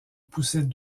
poussait